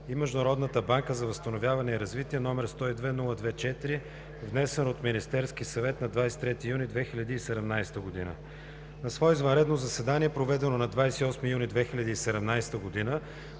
и Международната банка за възстановяване и развитие, № 702-02-4, внесен от Министерския съвет на 23 юни 2017 г. На свое извънредно заседание, проведено на 28 юни 2017 г.,